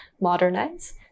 modernize